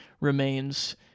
Remains